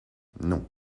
non